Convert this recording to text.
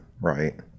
right